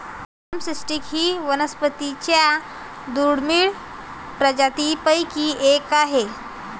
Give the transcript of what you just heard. drum stick ही वनस्पतीं च्या दुर्मिळ प्रजातींपैकी एक आहे